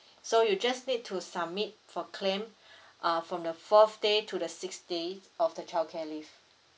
so you just need to submit for claim ah from the fourth day to the sixth day of the childcare leave